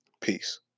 peace